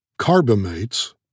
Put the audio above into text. carbamates